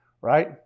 right